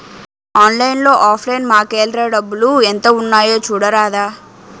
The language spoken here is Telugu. ఆన్లైన్లో ఆఫ్ లైన్ మాకేఏల్రా డబ్బులు ఎంత ఉన్నాయి చూడరాదా